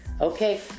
Okay